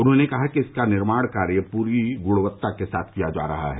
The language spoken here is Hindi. उन्होंने कहा कि इसका निर्माण कार्य पूरी गुणवत्ता के साथ किया जा रहा है